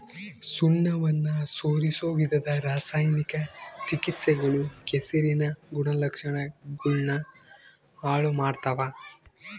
ಸುಣ್ಣವನ್ನ ಸೇರಿಸೊ ವಿವಿಧ ರಾಸಾಯನಿಕ ಚಿಕಿತ್ಸೆಗಳು ಕೆಸರಿನ ಗುಣಲಕ್ಷಣಗುಳ್ನ ಹಾಳು ಮಾಡ್ತವ